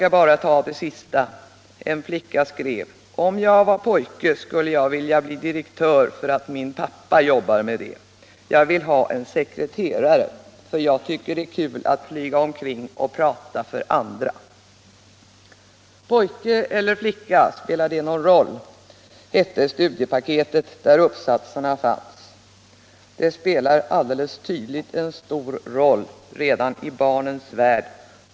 En flicka skrev: ”Om jag var pojke skulle jag vilja bli direktör för att min pappa jobbar med det. Jag vill ha en sekreterare och jag tycker det är kul att flvga omkring och prata för andra.” ”Poijke eller flicka, spelar det någon rol?” heter det studiepaket där uppsatserna publicerats. Det spelar alldeles tydligt en stor roll redan i barnens värld.